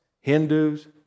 Hindus